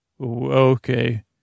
Okay